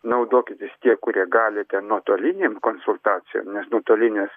naudokitės tie kurie galite nuotolinėm konsultacijom nes nuotolinės